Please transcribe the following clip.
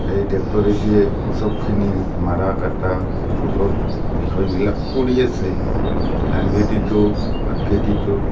সেই ট্ৰেক্টৰেদি চবখিনি মাৰা কাটা চব বিষয়বিলাক কৰি আছে ধান খেতিতো পাতখেতিতো